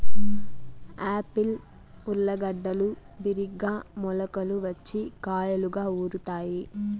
Apple ఊర్లగడ్డలు బిరిగ్గా మొలకలు వచ్చి కాయలుగా ఊరుతాయి